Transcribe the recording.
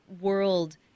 world